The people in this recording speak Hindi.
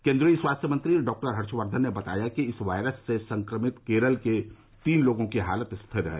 केन्द्रीय स्वास्थ्य मंत्री डॉक्टर हर्षवर्धन ने बताया कि इस वायरस से संक्रमित केरल के तीन लोगों की हालत स्थिर है